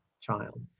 child